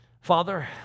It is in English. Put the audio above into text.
Father